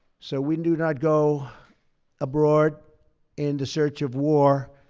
so we and do not go abroad in the search of war.